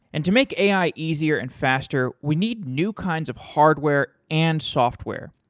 and to make ai easier and faster, we need new kinds of hardware and software,